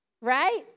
right